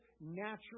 natural